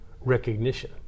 recognition